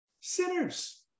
sinners